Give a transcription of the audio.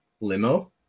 limo